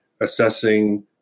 assessing